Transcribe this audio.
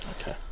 Okay